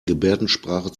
gebärdensprache